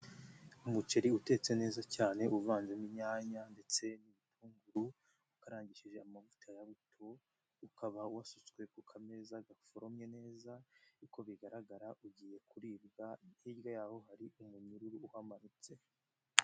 Umuceri utetse neza cyane uvanzemo inyanya ndetse n'ibitunguru, ukarangishije amavuta ya buto, ukaba wasutswe ku kameza gaforomye neza, uko bigaragara ugiye kuribwa, hirya y'aho hari umunyururu uhamanutse.